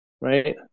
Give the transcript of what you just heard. right